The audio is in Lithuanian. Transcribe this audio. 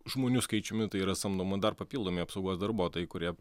žmonių skaičiumi tai yra samdoma dar papildomi apsaugos darbuotojai kurie